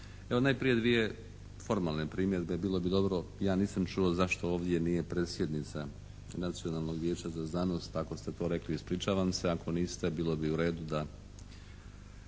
Evo najprije 2 formalne primjedbe. Bilo bi dobro, ja nisam čuo zašto ovdje nije predsjednica Nacionalnog vijeća za znanost. Ako ste to rekli ispričavam se, ako niste, bilo bi u redu da